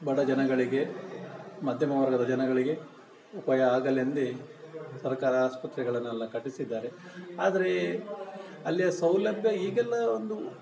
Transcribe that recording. ಬಡ ಜನಗಳಿಗೆ ಮಧ್ಯಮವರ್ಗದ ಜನಗಳಿಗೆ ಉಪಾಯ ಆಗಲೆಂದೇ ಸರ್ಕಾರ ಆಸ್ಪತ್ರೆಗಳನ್ನೆಲ್ಲ ಕಟ್ಟಿಸಿದ್ದಾರೆ ಆದರೆ ಅಲ್ಲಿಯ ಸೌಲಭ್ಯ ಈಗೆಲ್ಲ ಒಂದು